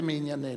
זה מענייננו.